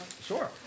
Sure